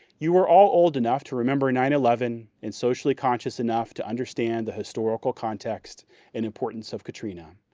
you are all old enough to remember nine eleven, and socially conscious enough to understand the historical context and importance of katrina.